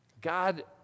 God